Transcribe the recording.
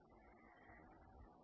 ഇത് 3 ആണ്